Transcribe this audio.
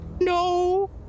No